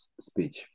speech